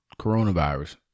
coronavirus